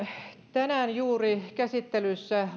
tänään juuri käsittelyssä